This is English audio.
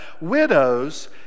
widows